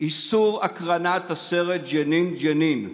איסור הקרנת הסרט ג'נין ג'נין,